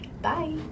bye